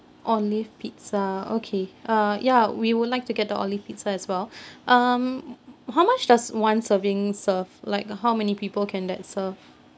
olive pizza okay uh ya we would like to get the olive pizza as well um how much does one serving serve like how many people can that serve